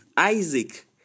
Isaac